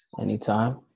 Anytime